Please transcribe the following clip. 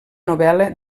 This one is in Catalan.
novel·la